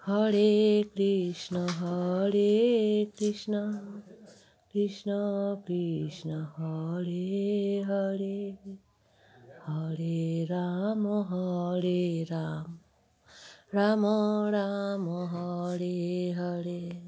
Hare Krishna Hare Krishna Krishna Krishna Hare Hare Hare Ram Hare Ram Ram Ram Hare Hare